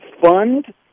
fund